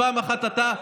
פעם אחת אתה,